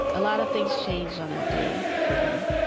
a lot of things changed on that day for me